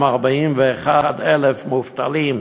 241,000 מובטלים.